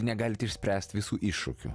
negalite išspręst visų iššūkių